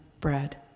Bread